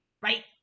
right